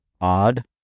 odd